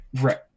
Right